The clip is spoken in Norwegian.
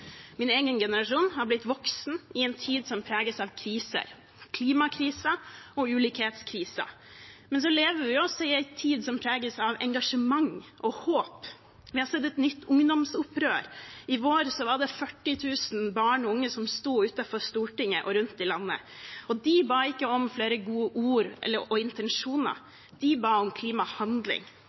Min egen generasjon har blitt voksen i en tid som preges av kriser – klimakrisen og ulikhetskrisen. Men vi lever også i en tid som preges av engasjement og håp. Vi har sett et nytt ungdomsopprør. I vår var det 40 000 barn og unge som sto utenfor Stortinget og rundt om i landet, og de ba ikke om flere gode ord og intensjoner, de ba om klimahandling.